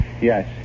Yes